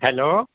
hello